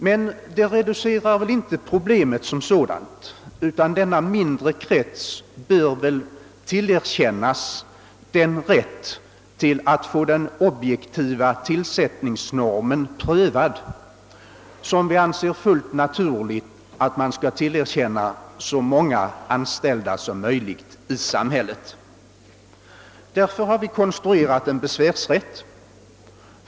Men det reducerar inte problemet som så dant, utan denna mindre krets bör väl tillerkännas samma rätt att få den objektiva tillsättningsnormen prövad som vi anser det fullt naturligt att tillerkänna så många anställda som möjligt i samhället. Därför har vi konstruerat en besvärsrätt.